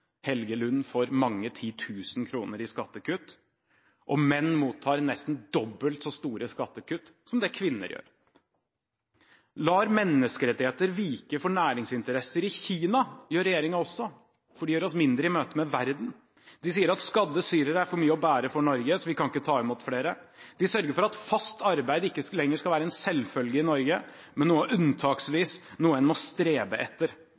Helge Lund får mange titusener av kroner i skattekutt, og menn får nesten dobbelt så store skattekutt som det kvinner gjør. Lar menneskerettigheter vike for næringsinteresser i Kina – det gjør regjeringen også, for de gjør oss mindre i møte med verden. De sier at skadde syrere er for mye å bære for Norge, så vi kan ikke ta imot flere. De sørger for at fast arbeid ikke lenger skal være en selvfølge i Norge, men noe unntaksvis, noe en må strebe etter